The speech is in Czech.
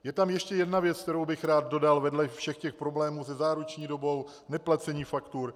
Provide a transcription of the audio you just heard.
Je tam ještě jedna věc, kterou bych rád dodal vedle všech těch problémů se záruční dobou, neplacením faktur.